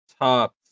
top